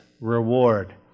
reward